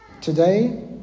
Today